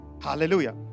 Hallelujah